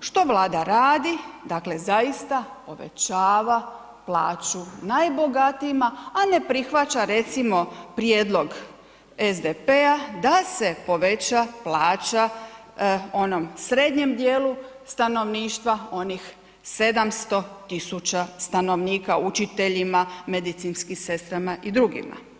što Vlada radi?, dakle zaista povećava plaću najbogatijima, a ne prihvaća recimo prijedlog SDP-a da se poveća plaća onom srednjem dijelu stanovništva, onih 700 tisuća stanovnika, učiteljima, medicinskim sestrama i drugima.